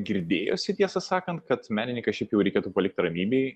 girdėjosi tiesą sakant kad menininką šiaip jau reikėtų palikti ramybėj